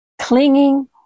Clinging